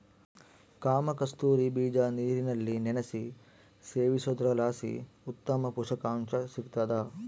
ಕಾಮಕಸ್ತೂರಿ ಬೀಜ ನೀರಿನಲ್ಲಿ ನೆನೆಸಿ ಸೇವಿಸೋದ್ರಲಾಸಿ ಉತ್ತಮ ಪುಷಕಾಂಶ ಸಿಗ್ತಾದ